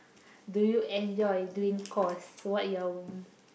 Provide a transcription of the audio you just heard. do you enjoy doing cores what your